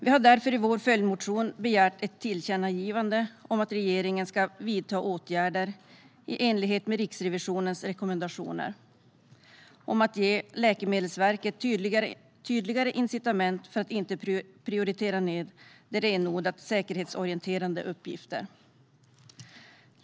Vi har därför i vår följdmotion begärt ett tillkännagivande om att regeringen ska vidta åtgärder i enlighet med Riksrevisionens rekommendationer om att ge Läkemedelsverket tydligare incitament för att inte prioritera ned renodlat säkerhetsorienterade uppgifter.